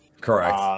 Correct